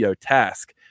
task